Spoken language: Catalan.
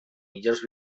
millors